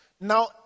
Now